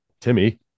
Timmy